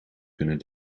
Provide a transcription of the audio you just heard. kunnen